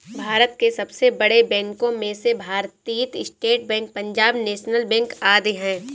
भारत के सबसे बड़े बैंको में से भारतीत state bank, Punjab national bank आदि है